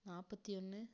நாற்பத்தி ஒன்று